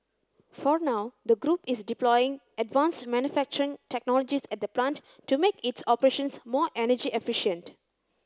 for now the group is deploying advanced manufacturing technologies at the plant to make its operations more energy efficient